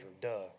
duh